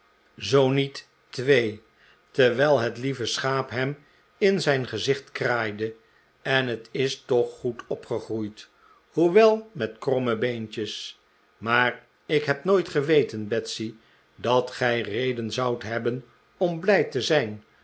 zoo niet twee terwijl het lieve schaap hem in zijn gezicht kraaide en het is toch goed opgqgroeid hoewel met kromme beentjes maar ik heb nooit geweten betsy dat gij redeh zoudt hebben om blij te zijn